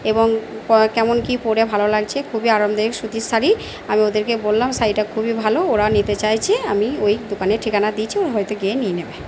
এবং কেমন কি পরে ভালো লাগছে খুবই আরামদায়ক সুতির শাড়ি আমি ওদেরকে বললাম শাড়িটা খুবই ভালো ওরা নিতে চাইছে আমি ওই দোকানের ঠিকানা দিয়েছি ওরা হয়তো গিয়ে নিয়ে নেবে